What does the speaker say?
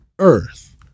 earth